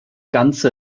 ganze